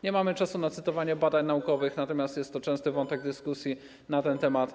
Nie mamy czasu na cytowanie badań naukowych, natomiast jest to częsty wątek dyskusji na ten temat.